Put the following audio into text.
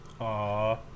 Aw